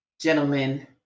gentlemen